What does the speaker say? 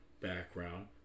background